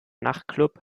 nachtclub